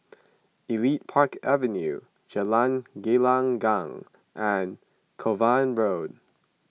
Elite Park Avenue Jalan Gelenggang and Kovan Road